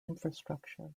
infrastructure